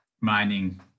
mining